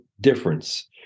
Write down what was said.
difference